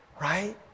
right